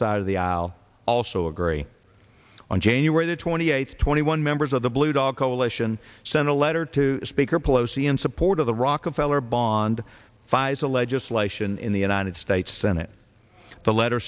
side of the aisle also agree on january the twenty eighth twenty one members of the blue dog coalition sent a letter to speaker pelosi in support of the rockefeller bond pfizer legislation in the united states senate the letter